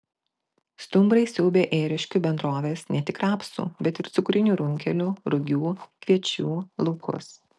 stumbrai siaubia ėriškių bendrovės ne tik rapsų bet ir cukrinių runkelių rugių kviečių laukus